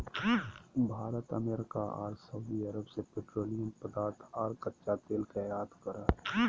Bharat America आर सऊदीअरब से पेट्रोलियम पदार्थ आर कच्चा तेल के आयत करो हय